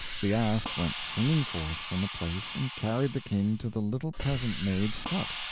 the ass went singing forth from the place and carried the king to the little peasant-maid's hut.